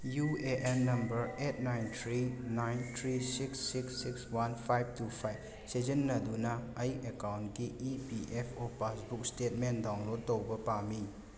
U A N number eight nine three nine three six six six one five two five ꯁꯤꯖꯤꯟꯅꯗꯨꯅ ꯑꯩ ꯑꯦꯀꯥꯎꯟꯀꯤ E P F O passbook statement download ꯇꯧꯕ ꯄꯥꯝꯃꯤ